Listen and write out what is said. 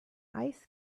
ice